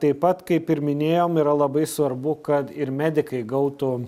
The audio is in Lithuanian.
taip pat kaip ir minėjom yra labai svarbu kad ir medikai gautų